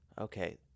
okay